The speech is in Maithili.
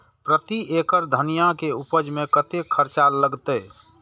प्रति एकड़ धनिया के उपज में कतेक खर्चा लगते?